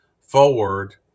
forward